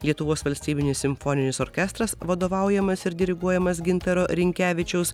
lietuvos valstybinis simfoninis orkestras vadovaujamas ir diriguojamas gintaro rinkevičiaus